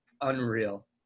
unreal